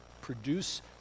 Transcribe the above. produce